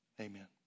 Amen